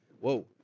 Whoa